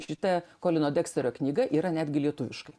šita kolino deksterio knyga yra netgi lietuviškai